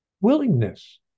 willingness